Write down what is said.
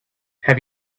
have